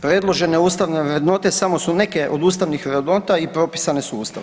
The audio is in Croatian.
Predložene ustavne vrednote samo su neke od ustavnih vrednota i propisane su ustavom.